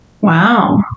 Wow